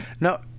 No